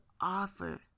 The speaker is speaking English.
offer